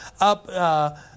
up